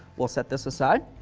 we'll set this aside.